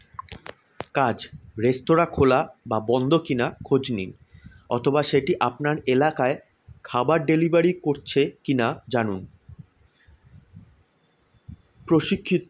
কাজ রেস্তোরাঁ খোলা বা বন্ধ কি না খোঁজ নিন অথবা সেইটি আপনার এলাকায় খাবার ডেলিভারি করছে কি না জানুন প্রশিক্ষিত